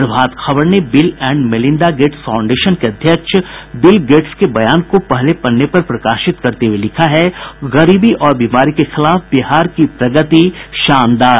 प्रभात खबर ने Bill and Melinda Gates Foundation के अध्यक्ष बिल गेट्स के बयान को पहले पन्ने पर प्रकाशित करते हुये लिखा है गरीबी और बीमारी के खिलाफ बिहार की प्रगति शानदार